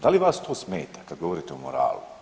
Da li vas to smeta kada govorite o moralu?